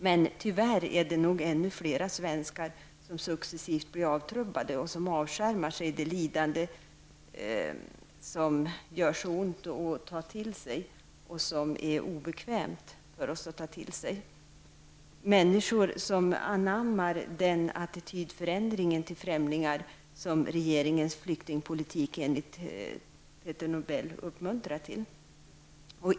Men tyvärr är det nog ännu fler svenskar som successivt blir avtrubbade och avskärmar sig från det lidande som det gör så ont att ta till sig och som hotar vår egen bekvämlighet. Många människor har anammat den attitydförändring till främlingar som regeringens flyktingpolitik enligt Peter Nobel uppmuntrar till.